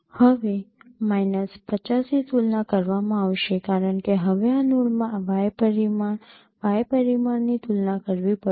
હવે માઈનસ ૫૦ ની તુલના કરવામાં આવશે કારણ કે હવે આ નોડમાં y પરિમાણ y પરિમાણની તુલના કરવી પડશે